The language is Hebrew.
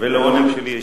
ולעונג שלי האישי.